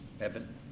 Evan